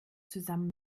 zusammen